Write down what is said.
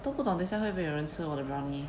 都不懂等一下会不会有人吃我的 brownie